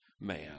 man